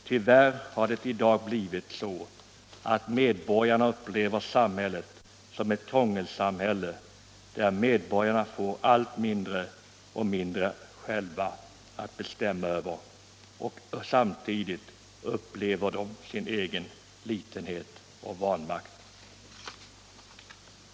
Tyvärr har det i dag blivit så, att medborgarna uppfattar samhället som ett krångelsamhälle, där de själva får allt mindre att bestämma över och alltmer upplever sin egen litenhet och vanmakt. Om proportionellt